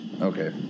Okay